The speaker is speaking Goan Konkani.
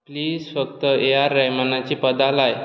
प्लीज फकत ए आर रेहमानाचीं पदां लाय